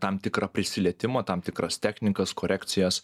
tam tikrą prisilietimą tam tikras technikas korekcijas